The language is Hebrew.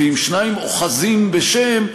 ואם שניים אוחזים בשם,